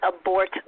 abort